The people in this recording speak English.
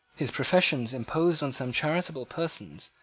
his professions imposed on some charitable persons,